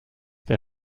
der